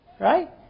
right